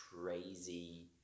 crazy